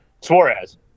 suarez